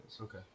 Okay